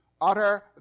utter